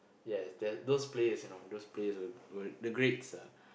yes that's those players you know those players were were the greats ah